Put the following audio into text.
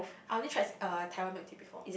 I only tried uh Taiwan milk tea before